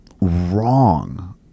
wrong